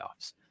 playoffs